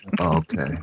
okay